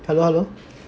hello hello